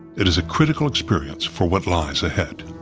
it is a critical experience for what lies ahead.